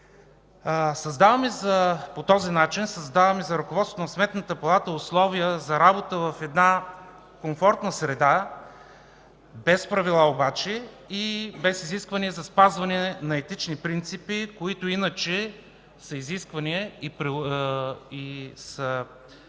По този начин за ръководството на Сметната палата създаваме условия за работа в една комфортна среда, без правила обаче и без изисквания за спазване на етични принципи, които иначе са изискване и са